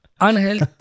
unhealthy